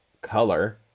color